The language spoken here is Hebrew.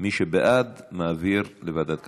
מי שבעד, מעביר לוועדת הכלכלה.